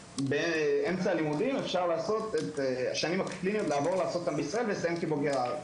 באמצע הלימודים אפשר לעשות את השנים הקליניות בישראל ולסיים כבוגר בארץ.